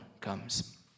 comes